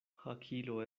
hakilo